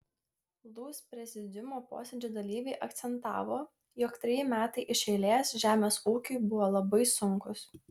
lūs prezidiumo posėdžio dalyviai akcentavo jog treji metai iš eilės žemės ūkiui buvo labai sunkūs